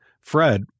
Fred